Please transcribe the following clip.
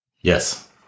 Yes